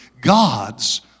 God's